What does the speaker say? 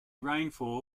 rainfall